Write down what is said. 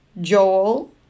Joel